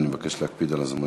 אני מבקש להקפיד על הזמנים.